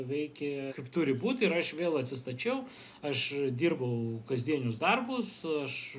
veikė kaip turi būt ir aš vėl atsistačiau aš dirbau kasdienius darbus aš